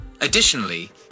Additionally